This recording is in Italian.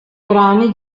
brani